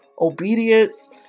obedience